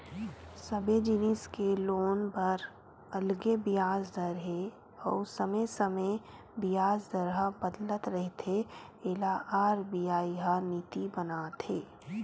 सबे जिनिस के लोन बर अलगे बियाज दर हे अउ समे समे बियाज दर ह बदलत रहिथे एला आर.बी.आई ह नीति बनाथे